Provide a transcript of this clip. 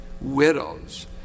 widows